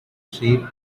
save